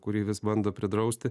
kurį vis bando pridrausti